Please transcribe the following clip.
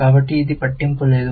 కాబట్టి ఇది పట్టింపు లేదు